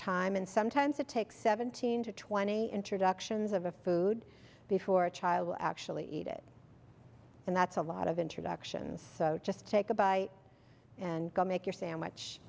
and sometimes it takes seventeen to twenty introductions of a food before a child will actually eat it and that's a lot of introductions so just take a bite and go make your sandwich